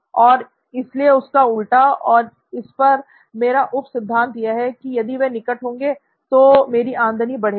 और इसलिए इसका उल्टा और इस पर मेरा उप सिद्धांत यह है कि यदि वे निकट होंगे तो मेरी आमदनी बढ़ेगी